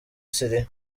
syria